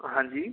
हाँ जी